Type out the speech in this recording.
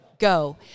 go